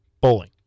bowling